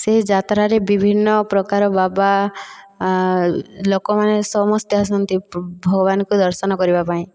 ସେହି ଯାତ୍ରାରେ ବିଭିନ୍ନ ପ୍ରକାର ବାବା ଲୋକମାନେ ସମସ୍ତେ ଆସନ୍ତି ଭଗବାନଙ୍କୁ ଦର୍ଶନ କରିବା ପାଇଁ